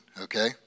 okay